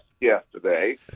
yesterday